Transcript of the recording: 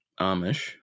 amish